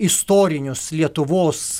istorinius lietuvos